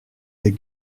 des